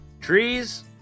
trees